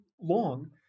long